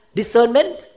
discernment